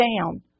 down